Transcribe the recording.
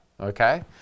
Okay